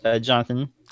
Jonathan